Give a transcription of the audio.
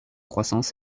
croissance